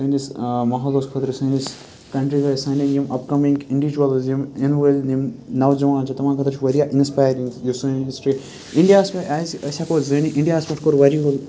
سٲنِس ماحولَس خٲطرٕ سٲنِس کَنٹری خٲطرٕ سانٮ۪ن یِم اَپکَمِنٛگ اِنڈِجوَلٕز یِم یِنہٕ وٲلۍ یِم نوجوان چھِ تِمَن خٲطرٕ چھِ واریاہ اِنَسپارِنٛگ یُس سٲنۍ ہِسٹرٛی اِنڈیاہَس پٮ۪ٹھ آسہِ أسۍ ہٮ۪کو زٲنِتھ اِنڈیاہَس پٮ۪ٹھ کوٚر واریاہہو